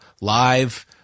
live